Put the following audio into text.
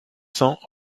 cents